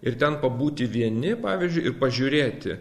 ir ten pabūti vieni pavyzdžiui ir pažiūrėti